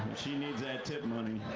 she needs that tip money.